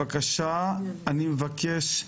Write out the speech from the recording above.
כשהופקדו החומרים,